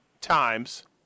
times